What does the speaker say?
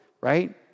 right